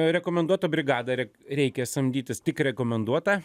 rekomenduotą brigadą re reikia samdytis tik rekomenduotą